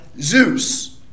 Zeus